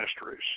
mysteries